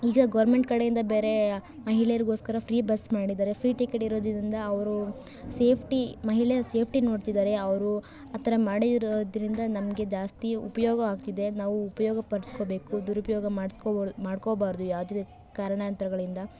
ಈಗ ಗೌರ್ಮೆಂಟ್ ಕಡೆಯಿಂದ ಬೇರೆ ಮಹಿಳೆಯರ್ಗೋಸ್ಕರ ಫ್ರೀ ಬಸ್ ಮಾಡಿದ್ದಾರೆ ಫ್ರೀ ಟಿಕೆಟ್ ಇರೋದರಿಂದ ಅವರು ಸೇಫ್ಟಿ ಮಹಿಳೆ ಸೇಫ್ಟಿ ನೋಡ್ತಿದ್ದಾರೆ ಅವರು ಆ ಥರ ಮಾಡಿರೋದರಿಂದ ನಮಗೆ ಜಾಸ್ತಿ ಉಪಯೋಗವಾಗ್ತಿದೆ ನಾವು ಉಪಯೋಗ ಪಡಿಸ್ಕೊಬೇಕು ದುರುಪಯೋಗ ಮಾಡ್ಸ್ಕೋಬಾ ಮಾಡ್ಕೋಬಾರ್ದು ಯಾವುದೇ ಕಾರಣಾಂತರಗಳಿಂದ